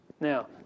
Now